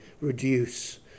reduce